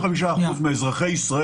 לא, אבל, תראה, 25% מאזרחי ישראל